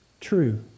true